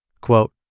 Quote